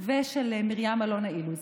לאה גולדברג, ושל מרים אלונה אילוז.